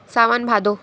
सावन भादो